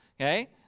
Okay